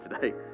today